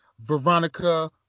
Veronica